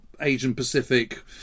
Asian-Pacific